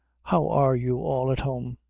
how are you all at home?